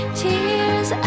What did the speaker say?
tears